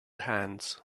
hands